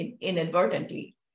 inadvertently